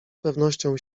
pewnością